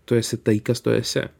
tu esi tai kas tu esi